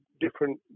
different